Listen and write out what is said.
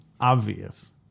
obvious